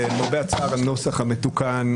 לגבי הנוסח המתוקן,